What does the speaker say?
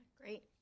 Great